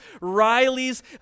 Riley's